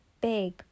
big